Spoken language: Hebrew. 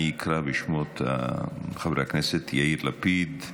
אני אקרא בשמות חברי הכנסת: יאיר לפיד,